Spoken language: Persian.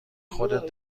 خودت